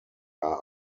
are